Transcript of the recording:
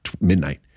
midnight